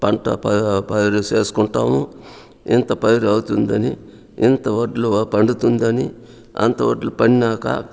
పంట పా పైరు చేసుకుంటాము ఇంత పైరు అవుతుందని ఇంత వడ్లు పండుతుందని అంత వడ్లు పండినాక